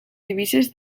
divises